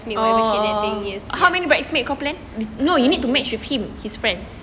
oh how many bridesmaid kau plan no you need to match with him his friends